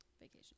Vacation